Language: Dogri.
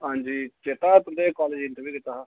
चेता तुं'दे कॉलेज इन्टरव्यू दित्ता हा